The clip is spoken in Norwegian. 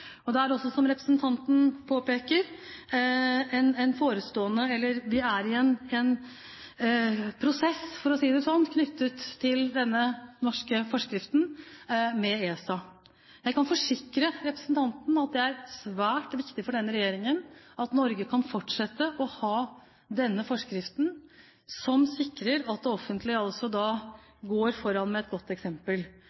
er også, som representanten Gullvåg påpeker, i en prosess, for å si det sånn, med ESA knyttet til denne norske forskriften. Jeg kan forsikre representanten om at det er svært viktig for denne regjeringen at Norge kan fortsette å ha denne forskriften som sikrer at det offentlige